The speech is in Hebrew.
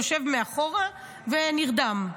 יושב מאחורה ונרדם.